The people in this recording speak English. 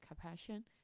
compassion